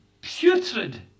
Putrid